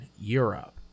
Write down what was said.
Europe